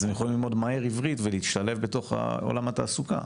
הם יכולים ללמוד מהר עברית ולהשתלב בתוך ענף התעסוקה.